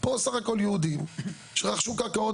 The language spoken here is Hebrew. פה מדובר בסך הכל ביהודים שרכשו קרקעות